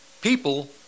people